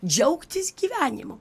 džiaugtis gyvenimu